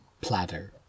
Platter